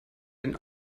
den